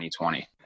2020